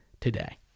today